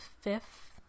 fifth